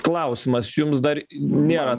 klausimas jums dar nėra